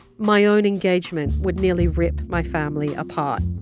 my own engagement would nearly rip my family apart.